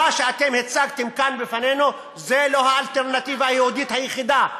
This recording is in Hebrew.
מה שאתם הצגתם כאן בפנינו זו לא האלטרנטיבה היהודית היחידה,